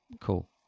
cool